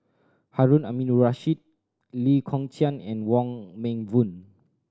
Harun Aminurrashid Lee Kong Chian and Wong Meng Voon